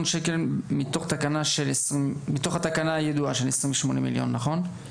שקלים מתוך התקנה הידועה של 28 מיליון נכון?